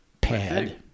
pad